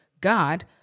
God